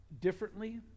differently